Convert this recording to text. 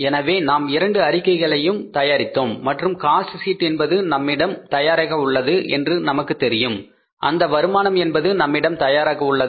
எனவே நாம் இரண்டு அறிக்கையையும் தயாரித்தோம் மற்றும் காஸ்ட் ஷீட் என்பது நம்மிடம் தயாராக உள்ளது என்று நமக்கு தெரியும் அந்த வருமானம் என்பது நம்மிடம் தயாராக உள்ளது